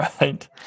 Right